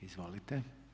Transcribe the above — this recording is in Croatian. Izvolite.